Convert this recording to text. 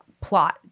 plot